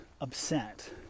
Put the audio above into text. upset